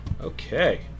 Okay